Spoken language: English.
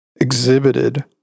exhibited